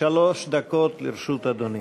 שלוש דקות לרשות אדוני.